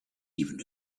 even